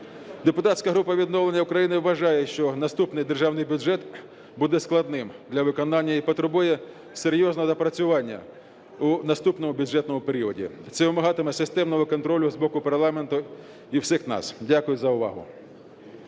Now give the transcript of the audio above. Депутатська група "Відновлення України" вважає, що наступний державний бюджет буде складним для виконання і потребує серйозного доопрацювання у наступному бюджетному періоді. Це вимагатиме системного контролю з боку парламенту і всіх нас. Дякую за увагу.